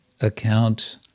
account